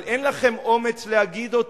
אבל אין לכם אומץ להגיד.